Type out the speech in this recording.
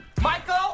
Michael